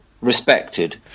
respected